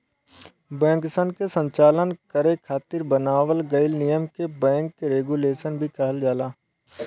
बैंकसन के संचालन करे खातिर बनावल गइल नियम के बैंक रेगुलेशन भी कहल जाला